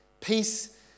Peace